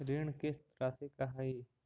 ऋण किस्त रासि का हई?